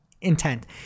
intent